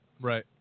Right